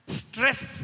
stress